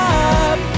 up